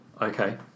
Okay